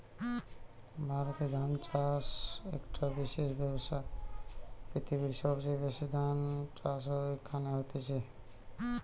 ভারতে ধান চাষ একটো বিশেষ ব্যবসা, পৃথিবীর সবচেয়ে বেশি ধান চাষ এখানে হতিছে